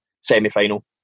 semi-final